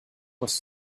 was